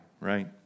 right